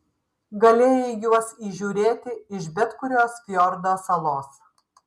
galėjai juos įžiūrėti iš bet kurios fjordo salos